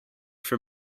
for